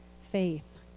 faith